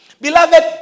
Beloved